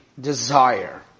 desire